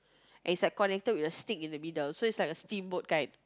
and it's like connected with a stick in the middle so it's like a steamboat kind